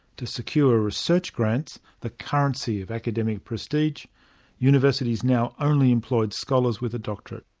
to secure research grants the currency of academic prestige universities now only employed scholars with a doctorate.